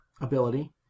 ability